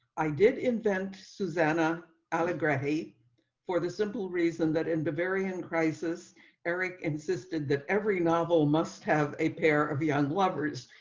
i did invent susanna allegra hate for the simple reason that in the very end crisis eric insisted that every novel must have a pair of young lovers,